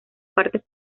partes